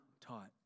taught